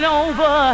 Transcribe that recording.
over